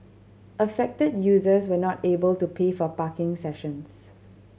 affected users were not able to pay for parking sessions